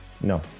No